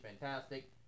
fantastic